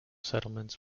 settlements